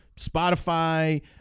Spotify